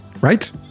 right